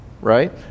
right